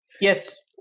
yes